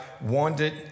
wanted